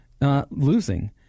losing